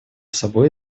собой